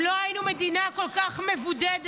אם לא היינו מדינה כל כך מבודדת,